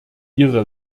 ihre